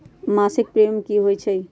मासिक प्रीमियम की होई छई?